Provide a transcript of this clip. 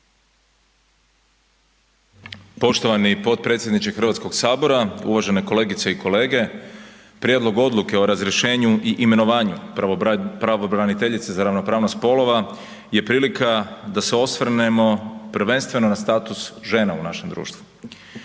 Poštovani potpredsjedniče Hrvatskoga sabora, uvažene kolegice i kolege. Prijedlog odluke o razrješenju i imenovanju pravobraniteljice za ravnopravnost spolova je prilika da se osvrnemo prvenstveno na status žena u našem društvu.